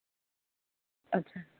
अच्छा